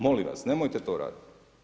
Molim vas, nemojte to raditi.